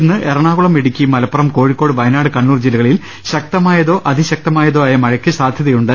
ഇന്ന് എറണാകുളം ഇടുക്കി മലപ്പു റം കോഴിക്കോട് വയനാട് കണ്ണൂർ ജില്ലകളിൽ ശക്തമായതോ അതിശക്തമായതോ ആയ മഴയ്ക്ക് സാധ്യതയുണ്ട്